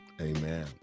Amen